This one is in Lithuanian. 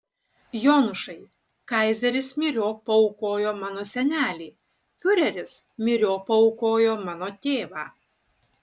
jonušai kaizeris myriop paaukojo mano senelį fiureris myriop paaukojo mano tėvą